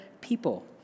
people